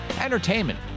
entertainment